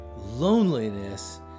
Loneliness